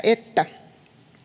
että